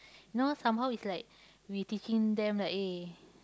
you know somehow is like we teaching them like eh